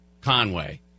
Conway